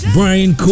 Brian